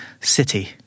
city